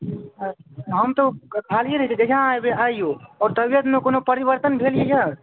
हम तऽ खालिए रहैत छी जहिआ अहाँ एबय आइओ आओर तबियतमे कोनो परिवर्तन भेल यऽ